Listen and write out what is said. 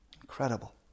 Incredible